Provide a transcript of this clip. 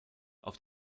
auf